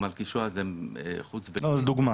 מלכישוע זה חוץ ביתי.